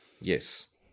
Yes